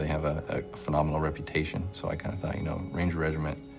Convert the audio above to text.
have a phenomenal reputation. so i kind of thought, you know, ranger regiment,